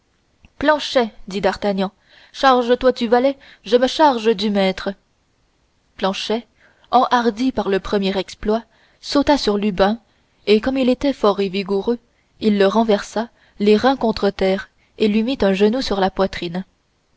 planchet dit d'artagnan charge-toi du valet je me charge du maître planchet enhardi par le premier exploit sauta sur lubin et comme il était fort et vigoureux il le renversa les reins contre terre et lui mit le genou sur la poitrine